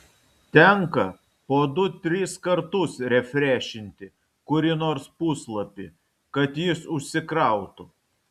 tenka po du tris kartus refrešinti kurį nors puslapį kad jis užsikrautų